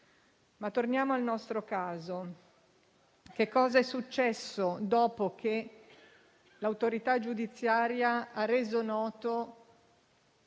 Torniamo al nostro caso. Che cosa è successo dopo che l'autorità giudiziaria ha reso note